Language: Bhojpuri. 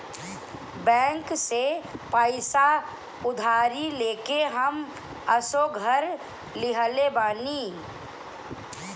बैंक से पईसा उधारी लेके हम असो घर लीहले बानी